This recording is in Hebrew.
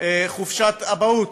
חופשת אבהות.